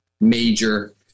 major